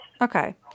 okay